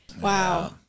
wow